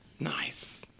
Nice